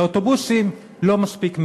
כי האוטובוסים לא מספיק מהירים.